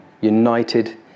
united